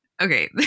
Okay